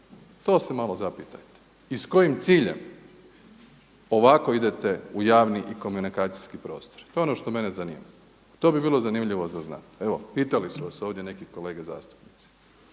to se malo zapitajte i s kojim ciljem ovako idete u javni i komunikacijski prostor. To je ono što mene zanima, to bi bilo zanimljivo za znati. Evo pitali su vas ovdje neki kolege zastupnici.